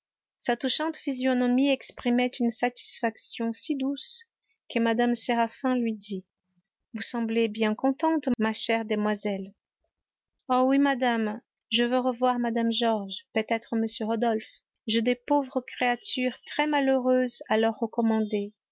sa touchante physionomie exprimait une satisfaction si douce que mme séraphin lui dit vous semblez bien contente ma chère demoiselle oh oui madame je vais revoir mme georges peut-être m rodolphe j'ai de pauvres créatures très malheureuses à leur recommander